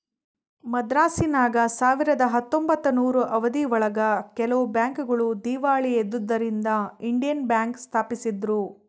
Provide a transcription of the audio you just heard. ಮದ್ರಾಸಿನಾಗ ಸಾವಿರದ ಹತ್ತೊಂಬತ್ತನೂರು ಅವಧಿ ಒಳಗ ಕೆಲವು ಬ್ಯಾಂಕ್ ಗಳು ದೀವಾಳಿ ಎದ್ದುದರಿಂದ ಇಂಡಿಯನ್ ಬ್ಯಾಂಕ್ ಸ್ಪಾಪಿಸಿದ್ರು